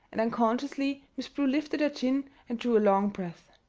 and unconsciously miss prue lifted her chin and drew a long breath.